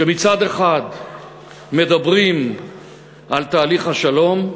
כשמצד אחד מדברים על תהליך השלום,